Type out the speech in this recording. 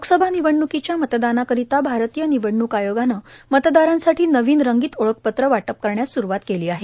लोकसभा निवडणुकीच्या मतदानाकरिता भारतीय निवडणुक आयोगाने मतदारांसाठी नवीन रंगीत ओळखपत्र वाटप करण्यास स़्रूवात केली आहे